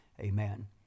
amen